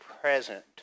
present